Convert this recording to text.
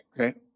okay